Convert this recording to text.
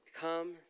come